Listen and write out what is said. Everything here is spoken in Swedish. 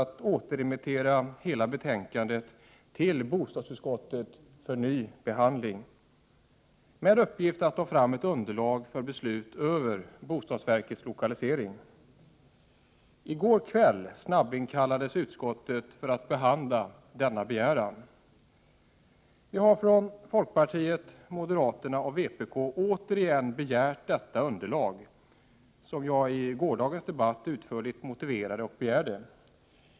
1987/88:47 återremittera hela betänkandet till bostadsutskottet för ny behandling, med 17 december 1987 uppgift att ta fram ett underlag för beslut över bostadsverkets lokalisering. Id mdr går kväll snabbinkallades utskottet för att behandla denna begäran. Vi har från folkpartiet, moderaterna och vpk återigen begärt det underlag som jag i gårdagens debatt utförligt motiverade och begärde.